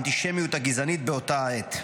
האנטישמיות הגזענית באותה עת.